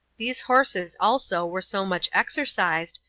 these horses also were so much exercised,